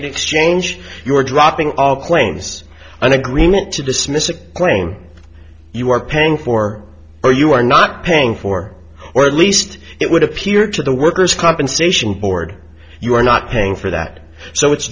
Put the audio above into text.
exchange you are dropping all claims an agreement to dismiss a claim you are paying for or you are not paying for or at least it would appear to the workers compensation board you are not paying for that so it's